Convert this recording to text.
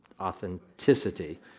authenticity